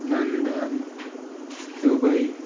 London Dubai